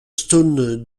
stone